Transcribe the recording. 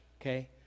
okay